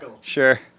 sure